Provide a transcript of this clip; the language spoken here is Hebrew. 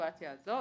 לסיטואציה הזו.